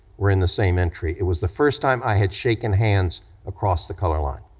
we're in the same entry. it was the first time i had shaken hands across the color line.